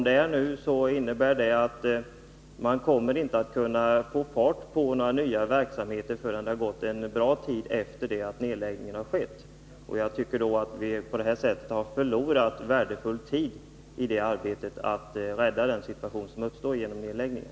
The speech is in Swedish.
Det nuvarande läget innebär att man inte kommer att kunna få fart på några nya verksamheter förrän lång tid efter det att nedläggningen harskett. Jag tycker att vi på detta sätt har förlorat värdefull tid när det gäller att komma till rätta med den situation som uppstår genom nedläggningen.